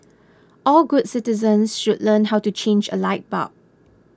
all good citizens should learn how to change a light bulb